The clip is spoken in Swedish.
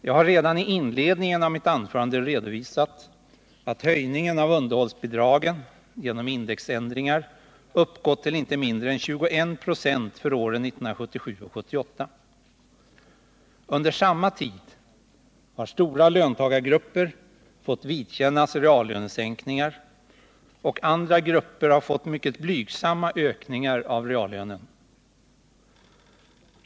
Jag har redan i inledningen till mitt anförande redovisat att höjningen av underhållsbidragen, genom indexändringar, uppgått till inte mindre än 21 96 för åren 1977 och 1978. Under samma tid har stora löntagargrupper fått vidkännas reallönesänkningar och andra grupper har fått mycket blygsamma ökningar av reallönen.